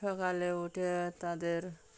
সকালে উঠে তাদের